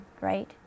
right